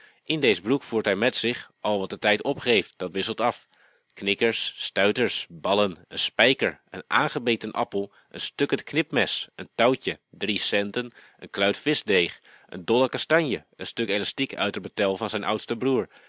in dees broek voert hij met zich al wat de tijd opgeeft dat wisselt af knikkers stuiters ballen een spijker een aangebeten appel een stukkend knipmes een touwtje drie centen een kluit vischdeeg een dolle kastanje een stuk elastiek uit de bretel van zijn oudsten broer